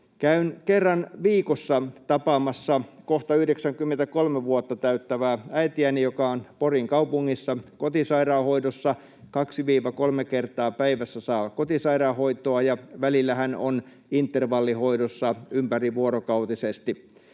Käyn kerran viikossa tapaamassa kohta 93 vuotta täyttävää äitiäni, joka on Porin kaupungissa kotisairaanhoidossa. Hän saa 2—3 kertaa päivässä kotisairaanhoitoa ja välillä on intervallihoidossa ympärivuorokautisesti.